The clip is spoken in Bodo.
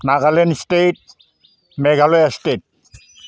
Nagaland state Meghalaya state